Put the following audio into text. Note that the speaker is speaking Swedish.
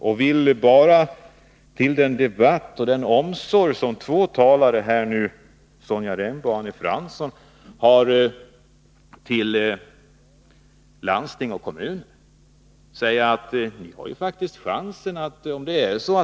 Jag vill bara säga något med anledning av debatten om omsorgen om landsting och kommuner som förts av två talare här, Sonja Rembo och Arne Fransson.